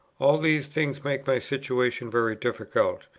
all these things make my situation very difficult.